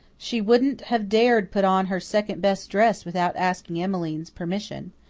she wouldn't have dared put on her second best dress without asking emmeline's permission.